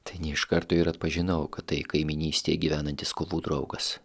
tai ne iš karto ir atpažinau kad tai kaimynystėj gyvenantis kovų draugas